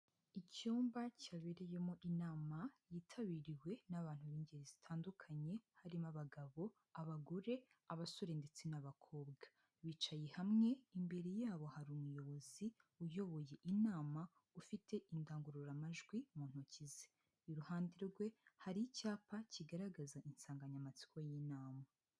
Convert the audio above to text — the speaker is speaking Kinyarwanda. Icyumba cyabereyemo inama yitabiriwe n'abantu b'ingeri zitandukanye, harimo abagabo, abagore, abasore ndetse n'abakobwa, bicaye hamwe imbere yabo hari umuyobozi uyoboye inama ufite indangururamajwi mu ntoki ze, iruhande rwe hari icyapa kigaragaza insanganyamatsiko y'inama.